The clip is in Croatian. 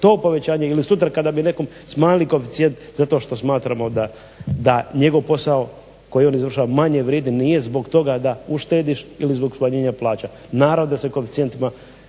to povećanje ili sutra kada bi nekom smanjili koeficijent zato što smatramo da njegov posao koji on izvršava manje vrijedi nije zbog toga da uštediš ili zbog smanjenja plaća. Naravno da se koeficijentima